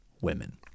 women